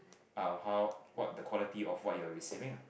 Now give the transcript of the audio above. um how what the quality of what you are receiving ah